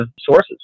sources